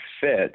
fit